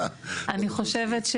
אני חושבת,